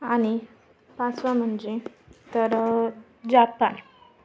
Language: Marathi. आणि पाचवा म्हणजे तर जापान